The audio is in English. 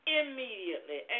immediately